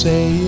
Say